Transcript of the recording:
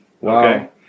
Wow